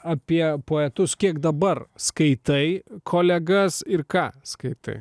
apie poetus kiek dabar skaitai kolegas ir ką skaitai